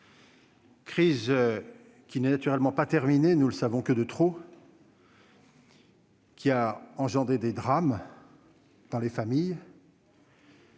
crise n'est naturellement pas terminée, nous ne le savons que trop. Elle a provoqué des drames dans les familles